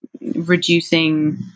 reducing